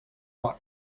morte